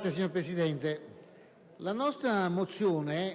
Signor Presidente, la nostra mozione